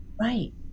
Right